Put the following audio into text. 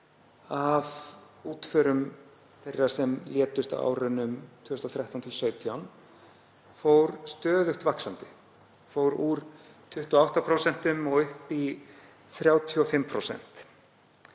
af útförum þeirra sem létust á árunum 2013–2017 stöðugt vaxandi, fór úr 28% og upp í 35%.